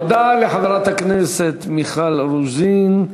תודה לחברת הכנסת מיכל רוזין.